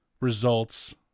results